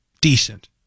decent